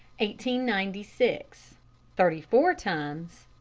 ninety six thirty four tons